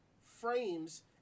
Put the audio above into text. frames